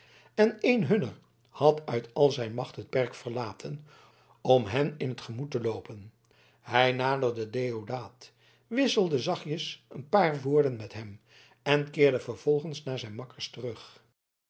en een hunner had uit al zijn macht het perk verlaten om hen in t gemoet te loopen hij naderde deodaat wisselde zachtjes een paar woorden met hem en keerde vervolgens naar zijn makkers terug